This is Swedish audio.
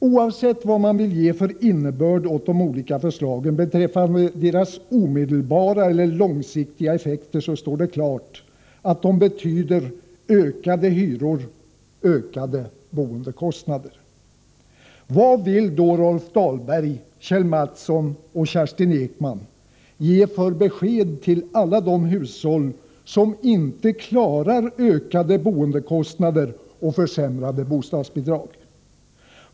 Oavsett vad man vill ge för innebörd åt de olika förslagen beträffande deras omedelbara eller långsiktiga effekter, står det klart att de betyder ökade hyror och ökade boendekostnader. Vad vill då Rolf Dahlberg, Kjell Mattsson och Kerstin Ekman ge för besked till alla de hushåll som inte klarar starkt ökade boendekostnader och försämrade bostadsbidrag?